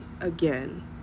again